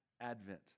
advent